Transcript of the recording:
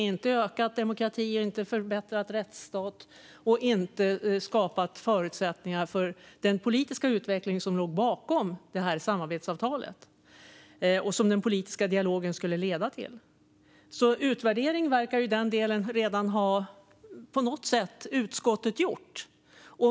Det har inte ökat demokratin och inte förbättrat rättsstaten, och det har inte skapat förutsättningar för den politiska utveckling som låg bakom samarbetsavtalet och det som den politiska dialogen skulle leda till. Utskottet verkar i den delen på något sätt redan ha gjort en utvärdering.